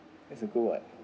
that's a go [what]